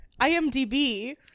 IMDB